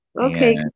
Okay